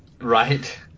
Right